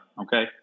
okay